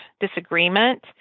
disagreement